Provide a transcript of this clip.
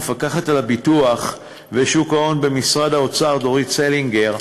המפקחת על הביטוח ושוק ההון במשרד האוצר דורית סלינגר,